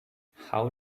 how